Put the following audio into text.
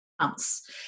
months